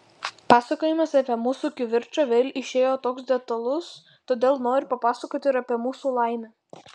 pasakojimas apie mūsų kivirčą vėl išėjo toks detalus todėl noriu papasakoti ir apie mūsų laimę